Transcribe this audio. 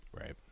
Right